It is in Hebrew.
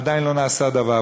עדיין לא נעשה דבר.